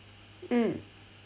mm